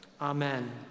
Amen